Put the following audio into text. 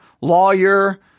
lawyer